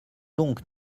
donc